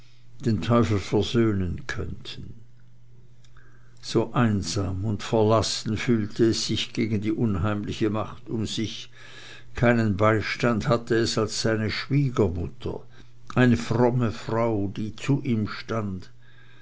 den teufel versöhnen könnten so einsam und verlassen fühlte es sich gegen die unheimliche macht um sich keinen beistand hatte es als seine schwiegermutter eine fromme frau die zu ihm stund